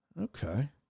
Okay